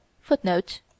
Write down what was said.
footnote